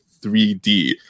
3D